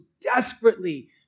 desperately